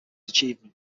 achievement